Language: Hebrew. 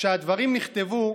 כשהדברים נכתבו,